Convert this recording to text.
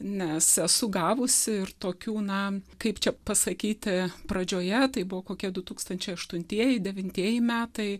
nes esu gavusi ir tokių na kaip čia pasakyti pradžioje tai buvo kokie du tūkstančiai aštuntieji devintieji metai